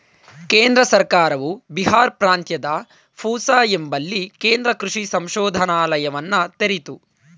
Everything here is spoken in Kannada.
ಕೇಂದ್ರ ಸರ್ಕಾರವು ಬಿಹಾರ್ ಪ್ರಾಂತ್ಯದ ಪೂಸಾ ಎಂಬಲ್ಲಿ ಕೇಂದ್ರ ಕೃಷಿ ಸಂಶೋಧನಾಲಯವನ್ನ ತೆರಿತು